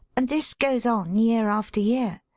and this goes on year after year.